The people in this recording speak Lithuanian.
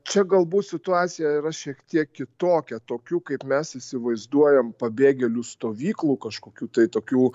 čia galbūt situacija yra šiek tiek kitokia tokių kaip mes įsivaizduojam pabėgėlių stovyklų kažkokių tai tokių